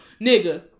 nigga